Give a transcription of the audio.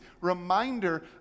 reminder